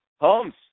Holmes